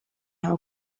how